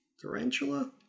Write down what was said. Tarantula